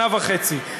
שנה וחצי.